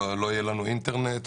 לא יהיה לנו אינטרנט,